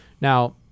Now